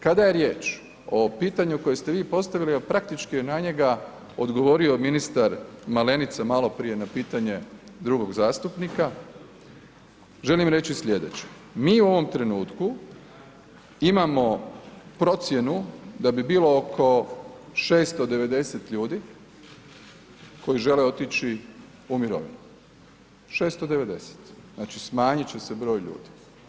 Kada je riječ o pitanju koje ste vi postavili, a praktički je na njega odgovorio ministar Malenica maloprije na pitanje drugog zastupnika, želim reći sljedeće, mi u ovom trenutku imamo procjenu da bi bilo oko 690 ljudi koji žele otići u mirovinu, 690, znači smanjit će se broj ljudi.